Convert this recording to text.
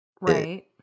right